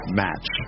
match